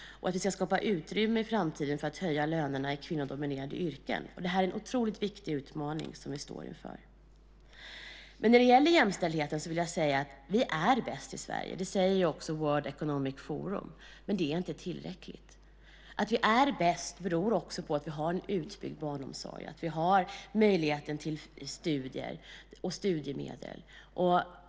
Vi ska skapa utrymme i framtiden för att höja lönerna i kvinnodominerade yrken. Det är en otroligt viktig utmaning som vi står inför. Men när det gäller jämställdheten vill jag också säga att vi är bäst i Sverige. Det säger även World Economic Forum. Men det är inte tillräckligt. Att vi är bäst beror också på att vi har en utbyggd barnomsorg och att vi har möjligheter till studier och till studiemedel.